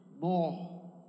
more